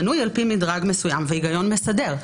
בנוי על פי מדרג מסוים והיגיון מסדר.